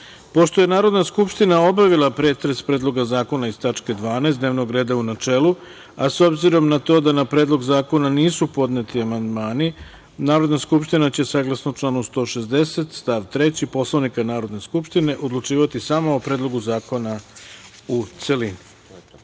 reda. Pošto je Narodna skupština obavila pretres Predloga zakona iz tačke 12. dnevnog reda, u načelu, a s obzirom na to da na Predlog zakona nisu podneti amandmani, Narodna skupština će, saglasno članu 160. stav 3. Poslovnika Narodne skupštine, odlučivati samo o Predlogu zakona u celini. Mi